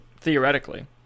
theoretically